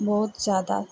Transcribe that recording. ਬਹੁਤ ਜ਼ਿਆਦਾ